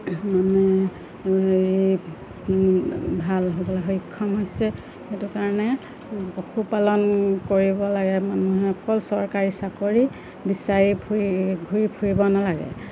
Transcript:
মানে হেৰি ভাল হ'বলৈ সক্ষম হৈছে সেইটো কাৰণে পশুপালন কৰিব লাগে মানুহে অকল চৰকাৰী চাকৰি বিচাৰি ফুৰি ঘূৰি ফুৰিব নালাগে